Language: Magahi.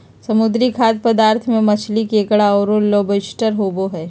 समुद्री खाद्य पदार्थ में मछली, केकड़ा औरो लोबस्टर होबो हइ